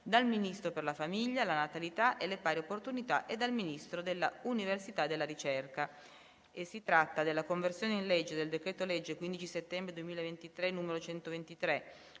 dal Ministro per la famiglia, la natalità e le pari opportunità e dal Ministro dell'università e della ricerca* «Conversione in legge del decreto-legge 15 settembre 2023, n. 123,